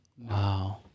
Wow